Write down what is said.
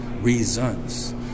reasons